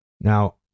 Now